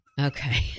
Okay